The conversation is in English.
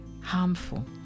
harmful